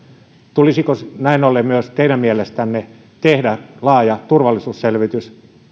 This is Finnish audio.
tulisiko näin ollen myös teidän mielestänne tehdä laaja turvallisuusselvitys